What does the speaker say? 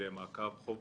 למעקב חוב.